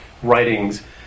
writings